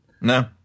No